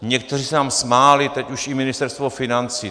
Někteří se nám smáli, teď už i Ministerstvo financí.